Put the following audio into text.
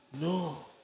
No